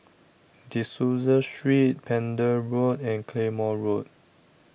De Souza Street Pender Road and Claymore Road